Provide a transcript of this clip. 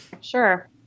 Sure